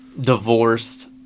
divorced